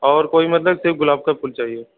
और कोई मतलब सिर्फ़ गुलाब का फूल चाहिए